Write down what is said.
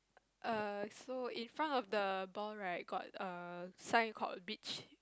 err so in front of the ball right got a sign called beach